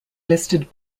listed